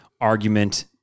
argument